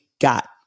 got